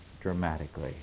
dramatically